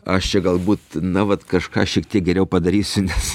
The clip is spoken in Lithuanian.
aš čia galbūt na vat kažką šiek tiek geriau padarysiu nes